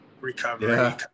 recovery